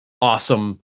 awesome